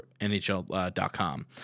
NHL.com